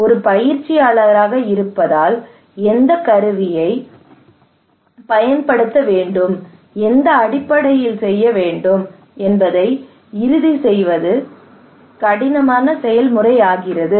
ஒரு பயிற்சியாளராக இருப்பதால் எந்தக் கருவியைப் பயன்படுத்த வேண்டும் எந்த அடிப்படையில் செய்ய வேண்டும் என்பதை இறுதி செய்வது கடினமான செயல்முறையாகிறது